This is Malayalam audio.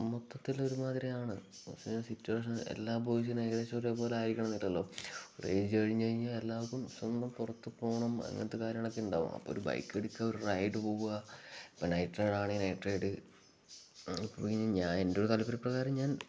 മൊത്തത്തിൽ ഒരുമാതിരിയാണ് സിറ്റുവേഷൻ എല്ലാ ബോയ്സും ഏകദേശം ഒരേ പോലെ ആയിരിക്കണം എന്നില്ലല്ലോ ഒരു ഏജ് കഴിഞ്ഞ് കഴിഞ്ഞാൽ എല്ലാവർക്കും സ്വന്തം പുറത്ത് പോകണം അങ്ങനത്തെ കാര്യങ്ങളൊക്കെ ഉണ്ടാകും അപ്പോൾ ഒരു ബൈക്ക് എടുക്കുക ഒരു റൈഡ് പോകുക ഇപ്പം നൈറ്റ് റൈഡ് ആണ് നൈറ്റ് റൈഡ് ഇപ്പം കഴിഞ്ഞ ഞാൻ എൻ്റെ ഒരു താല്പര്യ പ്രകാരം ഞാൻ